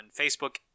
Facebook